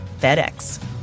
FedEx